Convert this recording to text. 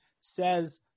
says